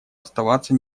оставаться